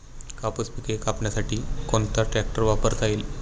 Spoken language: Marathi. कापूस पिके कापण्यासाठी कोणता ट्रॅक्टर वापरता येईल?